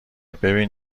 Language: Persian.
ببین